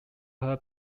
her